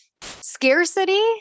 scarcity